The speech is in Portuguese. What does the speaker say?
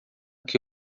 que